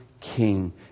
king